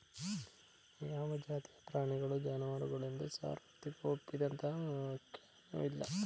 ಯಾವ ಜಾತಿಯ ಪ್ರಾಣಿಗಳು ಜಾನುವಾರುಗಳೆಂದು ಸಾರ್ವತ್ರಿಕವಾಗಿ ಒಪ್ಪಿದಂತಹ ವ್ಯಾಖ್ಯಾನವಿಲ್ಲ